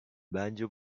bence